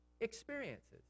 experiences